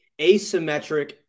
asymmetric